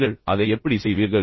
நீங்கள் அதை எப்படி செய்வீர்கள்